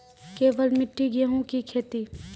केवल मिट्टी गेहूँ की खेती?